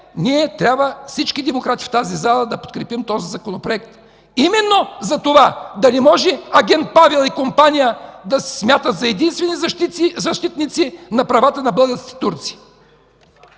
че всички демократи в тази зала трябва да подкрепим този Законопроект. Именно, за да не може агент Павел и компания да се смятат за единствени защитници на правата на българските турци.